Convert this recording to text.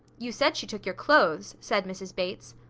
you said she took your clothes, said mrs. bates.